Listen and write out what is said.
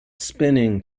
spinning